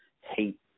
hate